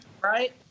Right